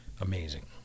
amazing